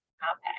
compact